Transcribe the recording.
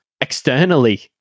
externally